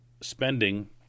spending